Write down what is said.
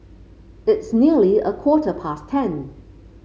its nearly a quarter past ten